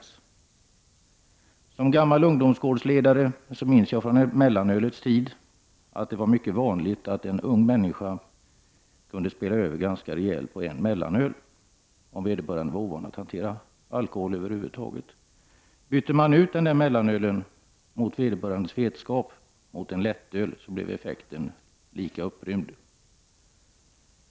Som gammal ungdomsgårdsledare minns jag från mellanölets tid att det var mycket vanligt att en ung människa kunde spela över ganska rejält på en mellanöl, om vederbörande var ovan att hantera alkohol över huvud taget. Byter man, utan vederbörandes vetskap, ut det där mellanölet mot en lättöl blir effekten lika upprymd.